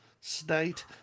State